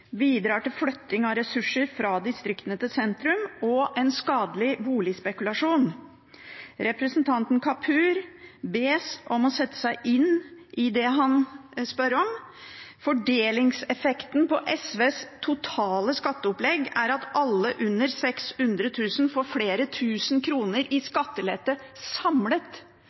bidrar til flytting av ressurser fra distriktene til sentrum og en skadelig boligspekulasjon. Representanten Kapur bes om å sette seg inn i det han spør om. Fordelingseffekten med SVs totale skatteopplegg er at alle som tjener under 600 000 kr, får flere tusen kroner